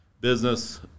business